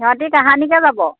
সিহঁতি কাহানিকৈ যাব